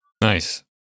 Nice